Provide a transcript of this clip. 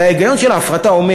הרי ההיגיון של ההפרטה אומר,